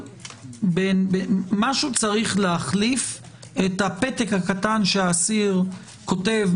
משהו צריך להחליף את הפתק הקטן שהאסיר כותב,